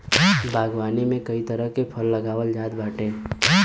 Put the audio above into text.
बागवानी में कई तरह के फल लगावल जात बाटे